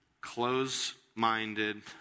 close-minded